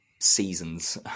seasons